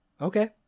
Okay